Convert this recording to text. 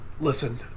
Listen